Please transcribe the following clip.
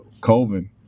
Colvin